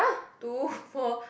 two four